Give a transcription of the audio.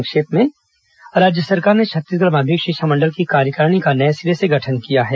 संक्षिप्त समाचार राज्य सरकार ने छत्तीसगढ़ माध्यमिक शिक्षा मंडल की कार्यकारिणी का नए सिरे से गठन किया है